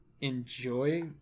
Enjoy